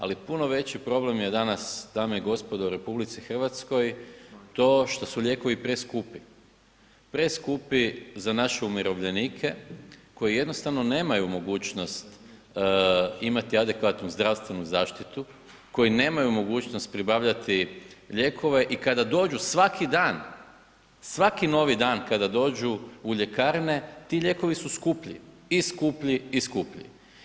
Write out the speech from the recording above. Ali puno veći problem je danas dame i gospodo u RH to što su lijekovi preskupi, preskupi za naše umirovljenike koji jednostavno nemaju mogućnost imati adekvatnu zdravstvenu zaštitu, koji nemaju mogućnost pribavljati lijekove i kada dođu svaki dan, svaki novi dan kada dođu u ljekarne, ti lijekovi su skuplji i skuplji i skuplji.